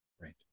right